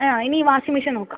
ആ ഇനി washing machine നോക്കാം